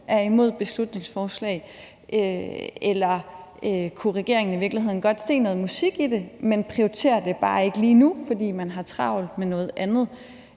er imod beslutningsforslag, eller om regeringen i virkeligheden godt kunne se noget musik i det, men bare ikke prioriterer det lige nu, fordi man har travlt med noget andet.